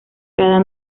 cada